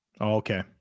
Okay